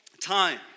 time